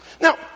Now